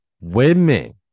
Women